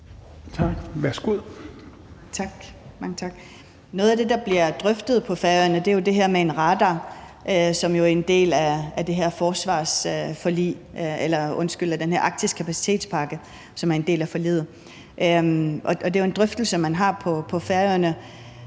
Noget af det, der bliver drøftet på Færøerne, er jo det her med en radar, som er en del af den her arktiske kapacitetspakke, som er en del af forliget. Det er jo en drøftelse, man har på Færøerne,